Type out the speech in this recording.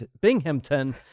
Binghamton